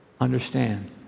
Understand